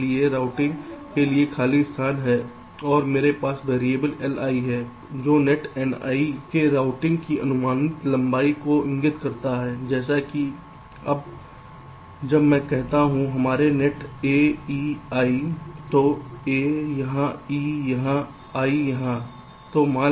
इसलिए राउटिंग के लिए खाली स्थान और मेरे पास वेरिएबल Li है जो नेट Ni के राउटिंग की अनुमानित लंबाई को इंगित करता है जैसे कि जब मैं कहता हूं पहला नेट a e i तो a यहाँ है e यहाँ है i यहाँ हूँ